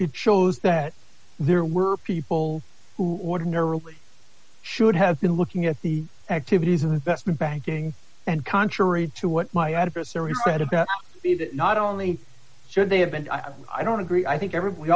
it shows that there were people who ordinarily should have been looking at the activities of investment banking and contrary to what my adversaries read about me that not only should they have been i don't agree i think